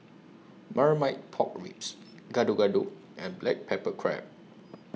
Marmite Pork Ribs Gado Gado and Black Pepper Crab